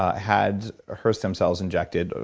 had her stem cells injected,